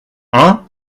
hein